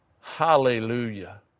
Hallelujah